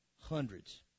Hundreds